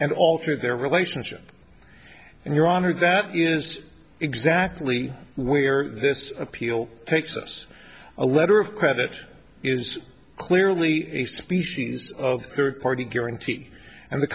and alter their relationship and your honor that is exactly where this appeal takes us a letter of credit is clearly a species of third party guarantee and the